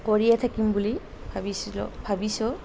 কৰিয়ে থাকিম বুলি ভাবিছিলোঁ ভাবিছোঁ